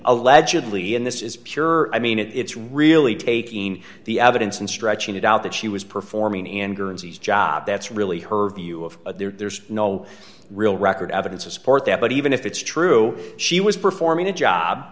allegedly and this is pure i mean it it's really taking the evidence and stretching it out that she was performing in guernsey's job that's really her view of there's no real record evidence to support that but even if it's true she was performing a job